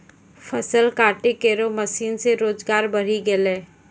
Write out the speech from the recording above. फसल काटै केरो मसीन सें रोजगार बढ़ी गेलै